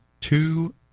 two